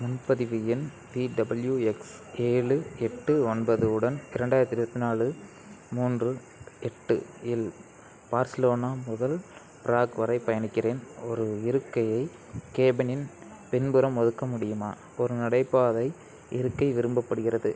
முன்பதிவு எண் விடபுள்யூஎக்ஸ் ஏழு எட்டு ஒன்பது உடன் இரண்டாயிரத்தி இருபத்தி நாலு மூன்று எட்டு இல் பார்சிலோனா முதல் ப்ராக் வரை பயணிக்கிறேன் ஒரு இருக்கையை கேபினின் பின்புறம் ஒதுக்க முடியுமா ஒரு நடைபாதை இருக்கை விரும்பப்படுகிறது